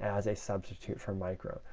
as a substitute for micro,